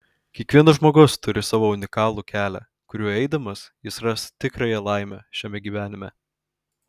kiekvienas žmogus turi savo unikalų kelią kuriuo eidamas jis ras tikrąją laimę šiame gyvenime